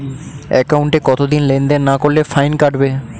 একাউন্টে কতদিন লেনদেন না করলে ফাইন কাটবে?